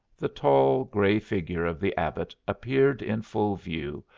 the tall gray figure of the abbot appeared in full view,